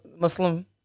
Muslim